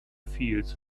feels